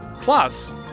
plus